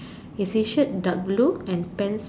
is his shirt dark blue and pants